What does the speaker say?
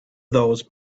those